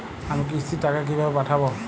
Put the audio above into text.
আমি কিস্তির টাকা কিভাবে পাঠাব?